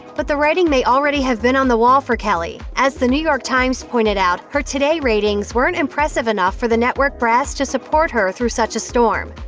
but the writing may already have been on the wall for kelly. as the new york times pointed out, her today today ratings weren't impressive enough for the network brass to support her through such a storm.